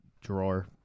drawer